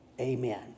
Amen